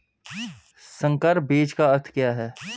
संकर बीज का अर्थ क्या है?